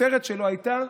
הכותרת שלו הייתה: